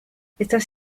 estás